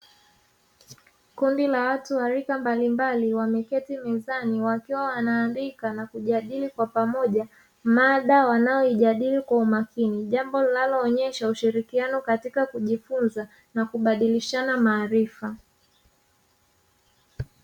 Kundi la watu wa rika mbalimbali wameketi mezani wakiwa wanaandika na kujadili kwa pamoja mada wanayoijadili kwa umakini, jambo linalo onesha ushirikiano katika kujifunza na kubadilishana maarifa.